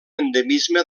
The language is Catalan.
endemisme